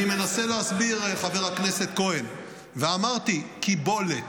אני מנסה להסביר, חבר הכנסת כהן, ואמרתי: קיבולת,